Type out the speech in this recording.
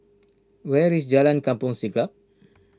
where is Jalan Kampong Siglap